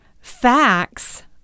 facts